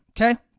okay